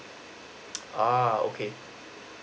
uh okay